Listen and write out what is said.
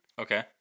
Okay